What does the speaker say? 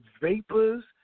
Vapors